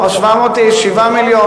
על 700 איש 7 מיליון.